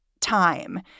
time